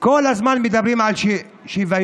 כל הזמן מדברים על שִׁוָויון.